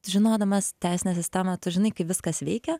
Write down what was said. žinodamas teisinę sistemą tu žinai kaip viskas veikia